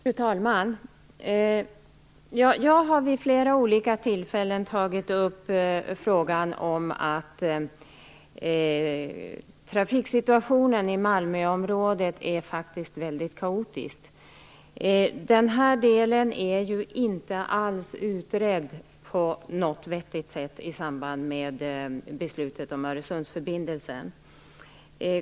Fru talman! Jag har vid flera olika tillfällen tagit upp frågan om den väldigt kaotiska trafiksituationen i Malmöområdet. Den delen är inte alls utredd på något vettigt sätt i samband med beslutet om Öresundsförbindelsen.